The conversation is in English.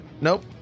nope